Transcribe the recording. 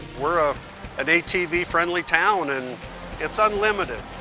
we're um an atv-friendly town and it's unlimited.